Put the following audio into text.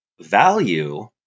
value